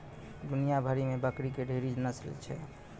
दुनिया भरि मे बकरी के ढेरी नस्ल छै